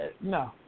No